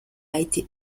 été